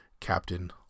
Captain